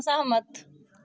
असहमत